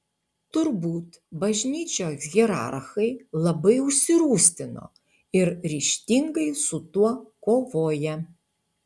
turbūt bažnyčios hierarchai labai užsirūstino ir ryžtingai su tuo kovoja